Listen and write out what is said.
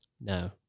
No